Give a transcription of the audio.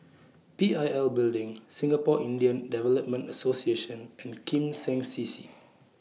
P I L Building Singapore Indian Development Association and Kim Seng C C